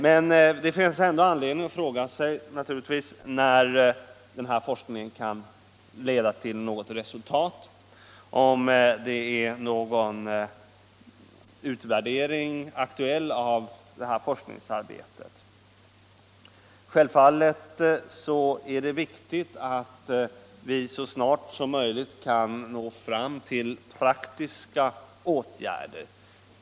Men det finns ändå anledning att fråga sig när denna forskning kan leda till något resultat och om någon utvärdering av forskningsarbetet är aktuell. Självfallet är det viktigt att vi så snart som möjligt kan nå fram till praktiska åtgärder.